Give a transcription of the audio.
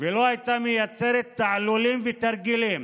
ולא הייתה מייצרת תעלולים ותרגילים